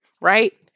right